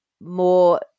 more